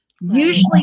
Usually